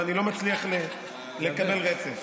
אבל אני לא מצליח לקבל רצף.